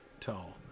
tall